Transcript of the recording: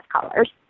colors